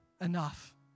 enough